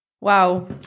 Wow